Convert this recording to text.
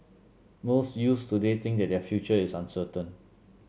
most youths today think that their future is uncertain